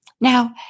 Now